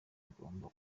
agomba